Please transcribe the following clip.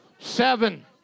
Seven